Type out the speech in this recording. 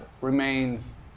remains